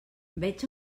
veig